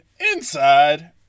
inside